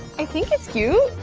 i think it's cute.